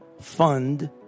fund